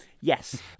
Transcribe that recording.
Yes